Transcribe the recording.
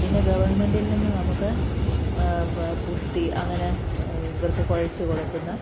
പിന്നെ ഗവൺമെൻറ്റിൽ നിന്നു നമുക്ക് പുഷ്ടി അങ്ങനെ ഇവർക്ക് കുഴച്ചു കൊടുക്കുന്ന